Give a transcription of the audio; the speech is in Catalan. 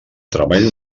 treball